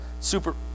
super